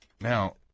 Now